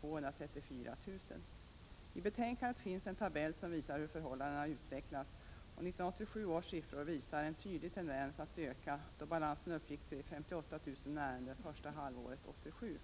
234 000. I betänkandet finns en tabell som visar hur förhållandena utvecklats, och 1987 års siffror visar en tydlig tendens att öka. Balansen uppgick till 58 000 ärenden första halvåret 1987.